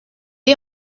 est